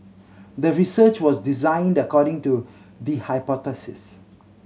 the research was designed according to the hypothesis